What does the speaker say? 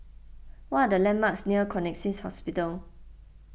what are the landmarks near Connexions Hospital